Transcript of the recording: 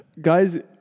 guys